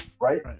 Right